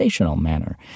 manner